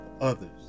others